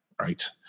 right